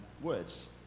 words